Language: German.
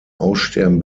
aussterben